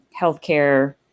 healthcare